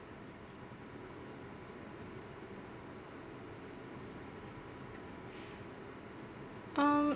um